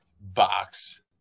box